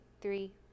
three